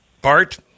Bart